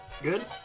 Good